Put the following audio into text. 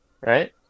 right